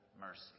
mercy